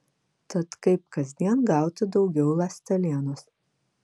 tad kaip kasdien gauti daugiau ląstelienos